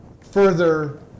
further